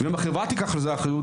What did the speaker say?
ואם החברה תיקח על זה אחריות,